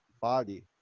body